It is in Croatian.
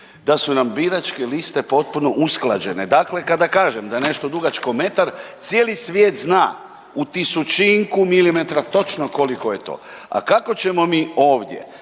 da su nam biračke liste potpuno usklađene, dakle kada kažem da je nešto dugačko metar cijeli svijet zna u tisućinku milimetra točno koliko je to, a kako ćemo mi ovdje